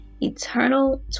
eternal